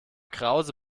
krause